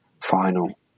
final